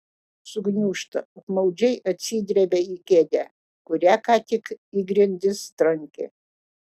sugniūžta apmaudžiai atsidrebia į kėdę kurią ką tik į grindis trankė